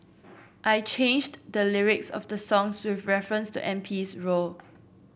I changed the lyrics of the songs with reference to M P's role